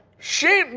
shane?